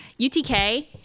UTK